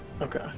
Okay